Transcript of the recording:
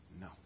No